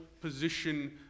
position